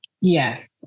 Yes